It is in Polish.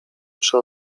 przy